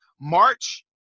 March